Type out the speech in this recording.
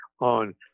on